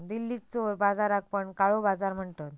दिल्लीत चोर बाजाराक पण काळो बाजार म्हणतत